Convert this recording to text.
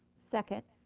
second.